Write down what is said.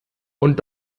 und